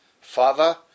Father